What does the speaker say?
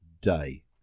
day